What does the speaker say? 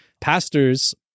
Pastors